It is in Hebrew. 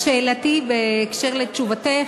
שאלתי, בקשר לתשובתך,